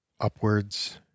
upwards